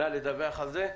נא לדווח על זה.